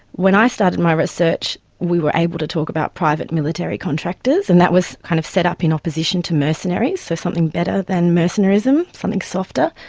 when i started my research we were able to talk about private military contractors, and that was kind of set up in opposition to mercenaries, so something better than mercenarism, something softer.